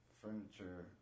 furniture